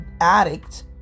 addict